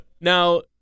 Now